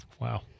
Wow